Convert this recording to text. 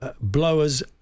Blowers